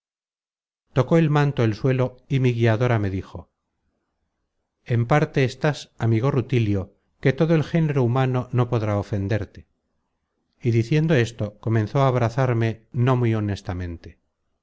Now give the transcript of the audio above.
tocó el manto el suelo y mi guiadora me dijo en parte estás amigo rutilio que todo el género humano no podrá ofenderte y diciendo esto comenzó a abrazarme no muy honestamente